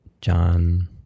John